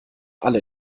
alle